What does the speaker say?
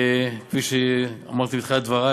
כפי שאמרתי בתחילת דברי,